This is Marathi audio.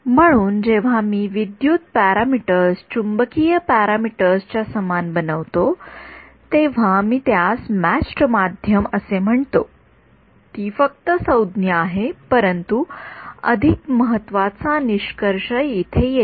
म्हणून जेव्हा मी विद्युत पॅरामीटर्स चुंबकीय पॅरामीटर्स च्या समान बनवतो तेव्हा मी त्यास मॅचड् माध्यम असे म्हणतो ती फक्त संज्ञा आहे परंतु अधिक महत्त्वाचा निष्कर्ष येथे येईल